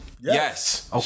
Yes